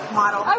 model